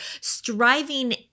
striving